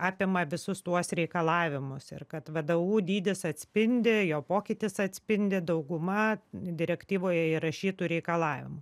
apima visus tuos reikalavimus ir kad vdu dydis atspindi jo pokytis atspindi dauguma direktyvoje įrašytų reikalavimų